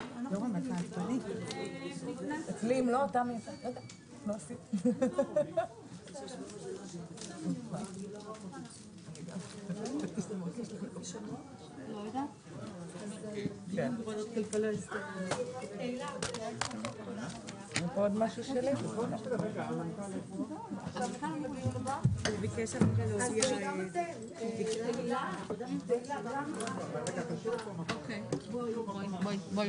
13:20.